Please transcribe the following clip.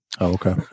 okay